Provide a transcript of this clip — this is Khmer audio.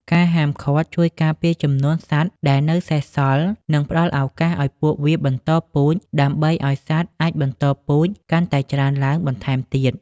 ការហាមឃាត់ជួយការពារចំនួនសត្វដែលនៅសេសសល់ និងផ្ដល់ឱកាសឱ្យពួកវាបន្តពូជ ដើម្បីឲ្យសត្វអាចបន្តពូជកាន់តែច្រើនឡើងបន្ថែមទៀត។